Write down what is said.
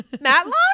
Matlock